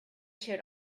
showed